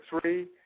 three